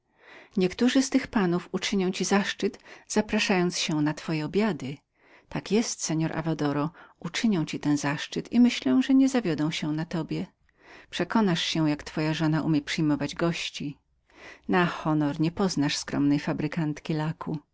niektórzy z tych panów uczynią ci zaszczyt zaproszenia się na twoje obiady tak jest seor avadoro uczynią ci ten zaszczyt i tu dopiero czekam na ciebie przekonasz się jak twoja żona umie przyjmować gości do stu bomb i kartaczów nie poznasz skromnej fabrykantki